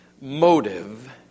motive